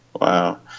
Wow